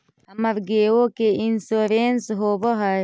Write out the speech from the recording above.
हमर गेयो के इंश्योरेंस होव है?